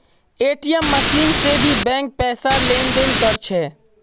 ATM machine से भी bank पैसार लेन देन कर छे